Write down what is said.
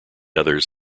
others